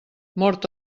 mort